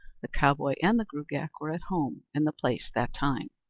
the cowboy and the gruagach were at home in the place that time.